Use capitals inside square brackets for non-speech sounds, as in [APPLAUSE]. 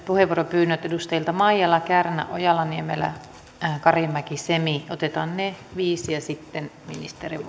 puheenvuoropyynnöt edustajilta maijala kärnä ojala niemelä karimäki semi otetaan ne viisi ja sitten ministerin [UNINTELLIGIBLE]